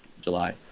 july